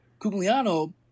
Cugliano